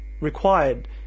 required